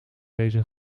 deze